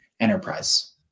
enterprise